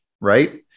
right